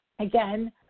again